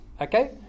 Okay